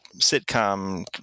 sitcom